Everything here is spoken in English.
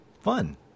Fun